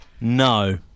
No